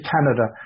Canada